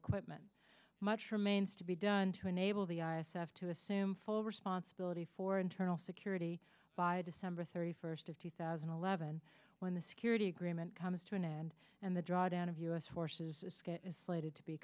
equipment much remains to be done to enable the i s f to assume full responsibility for internal security by december thirty first of two thousand and eleven when the security agreement comes to an end and the drawdown of u s forces is slated to be